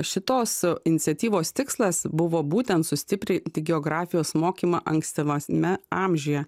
šitos iniciatyvos tikslas buvo būtent sustiprinti geografijos mokymą ankstyvasme amžiuje